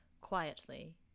quietly